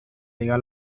liga